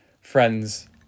friends